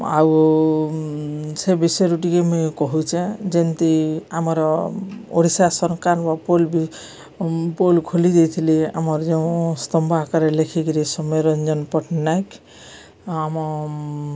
ଆଉ ସେ ବିଷୟରୁ ଟିକେ ମୁଇଁ କହୁଚେଁ ଯେମତି ଆମର ଓଡ଼ିଶା ସରକାରଙ୍କ ପୋଲ୍ ବି ପୋଲ୍ ଖୋଲି ଦେଇଥିଲେ ଆମର ଯେଉଁ ସ୍ତମ୍ଭ ଆକାରରେ ଲେଖିକିରି ସୌମ୍ୟ ରଞ୍ଜନ ପଟ୍ଟନାୟକ ଆମ